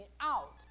out